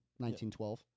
1912